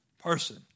person